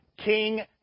King